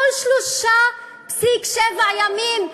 כל 3.7 ימים,